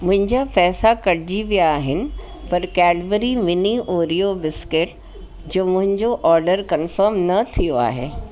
मुंहिंजा पैसा कटिजी विया आहिनि पर कैडबरी मिनी ओरियो बिस्किट जो मुंहिंजो ऑडर कन्फम न थियो आहे